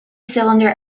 cylinder